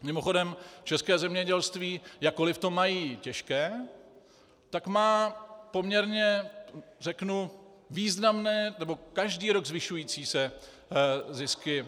Mimochodem, české zemědělství, jakkoliv to mají těžké, tak má poměrně, řeknu, významné nebo každý rok zvyšující se zisky.